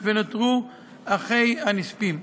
ונותרו אחי הנספים.